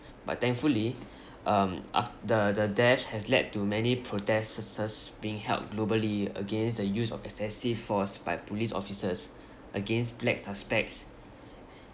but thankfully um af~ the the death has led to many protests being held globally against the use of excessive force by police officers against black suspects